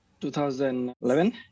2011